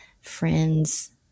friends